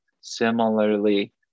similarly